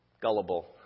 gullible